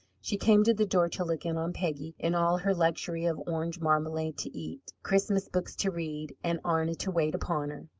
she came to the door to look in on peggy in all her luxury of orange marmalade to eat, christmas books to read, and arna to wait upon her.